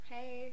Hey